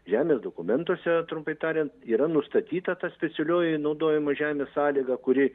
žemės dokumentuose trumpai tariant yra nustatyta ta specialioji naudojama žemės sąlyga kuri